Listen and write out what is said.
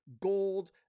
gold